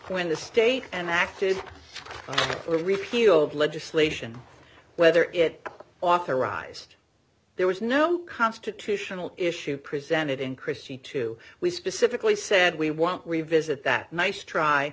when the state and acted a repeal of legislation whether it authorized there was no constitutional issue presented in christie two we specifically said we want revisit that nice try